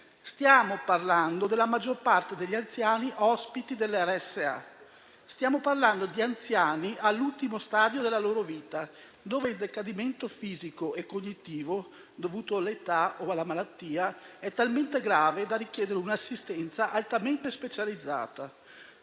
Stiamo parlando della maggior parte degli anziani ospiti delle RSA, di anziani all'ultimo stadio della loro vita, dove il decadimento fisico e cognitivo dovuto all'età o alla malattia è talmente grave da richiedere un'assistenza altamente specializzata,